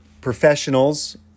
professionals